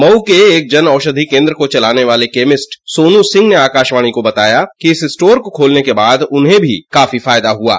मऊ के एक जन औषधि केन्द्र को चलाने वाले सोनू सिंह ने आकाशवाणी को बताया कि इस स्टोर को खोलने के बाद उन्हें भी काफी फायदा हुआ है